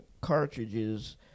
cartridges